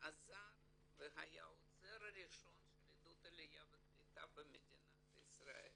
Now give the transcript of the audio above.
עזר והיה העוזר הראשון של עידוד העלייה והקליטה במדינת ישראל.